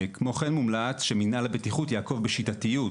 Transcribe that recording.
כמו כן מומלץ שמינהל הבטיחות יעקוב בשיטתיות,